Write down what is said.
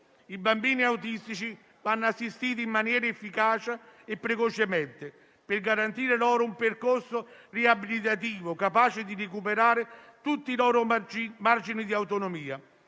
I bambini autistici vanno assistiti in maniera efficace e precocemente, per garantire loro un percorso riabilitativo capace di recuperare tutti i loro margini di autonomia.